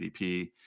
ADP